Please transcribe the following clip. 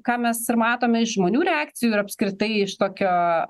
ką mes ir matome žmonių reakcijų ir apskritai iš tokio